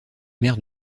mère